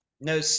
No